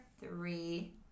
three